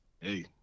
Hey